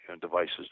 devices